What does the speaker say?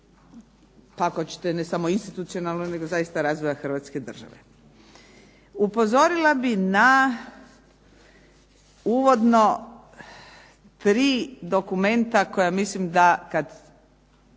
ako hoćete ne samo institucionalno nego razvoja Hrvatske države. Upozorila bih na uvodno tri dokumenta koja mislim da kada